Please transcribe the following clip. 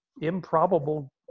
improbable